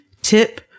tip